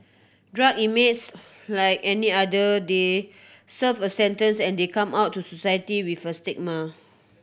drug inmates like any other they serve a sentence and they come out to society with a stigma